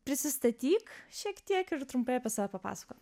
prisistatyk šiek tiek ir trumpai apie save papasakok